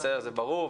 זה ברור.